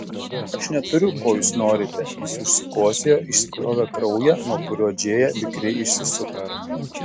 aš neturiu ko jūs norite jis užsikosėjo išspjovė kraują nuo kurio džėja vikriai išsisuko